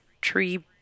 tree